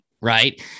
Right